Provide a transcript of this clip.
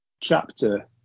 chapter